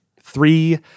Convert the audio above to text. Three